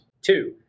two